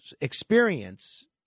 experience